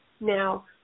Now